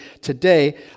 today